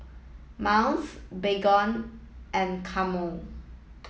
Miles Baygon and Camel